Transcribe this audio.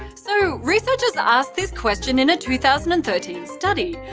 so researchers asked this question in a two thousand and thirteen study.